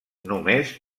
només